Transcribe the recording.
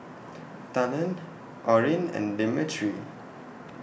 Talan Orrin and Demetri